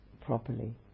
properly